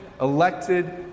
elected